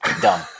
dumb